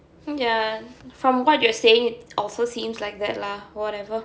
ya from what you're saying also seems like that lah whatever